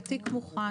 התיק מוכן,